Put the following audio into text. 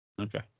Okay